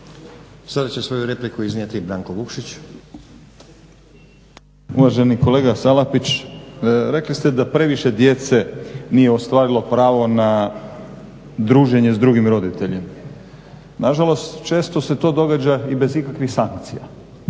(Hrvatski laburisti - Stranka rada)** Uvaženi kolega Salapić rekli ste da previše djece nije ostvarilo pravo na druženje s drugim roditeljem. Nažalost često se to događa i bez ikakvih sankcija,